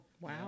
Wow